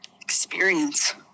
experience